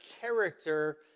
character